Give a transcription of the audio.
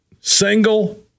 Single